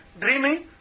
dreaming